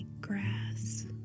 grass